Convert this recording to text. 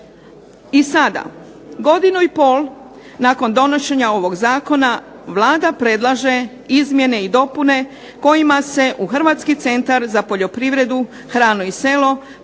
I sada, godinu i pol nakon donošenja ovog zakona Vlada predlaže izmjene i dopune kojima se u Hrvatski centar za poljoprivredu, hranu i selo